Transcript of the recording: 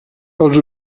els